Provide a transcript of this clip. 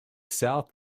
south